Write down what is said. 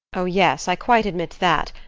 oh, yes i quite admit that.